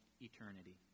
eternity